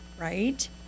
right